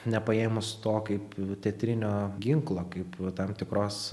nepaėmus to kaip teatrinio ginklo kaip tam tikros